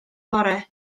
fore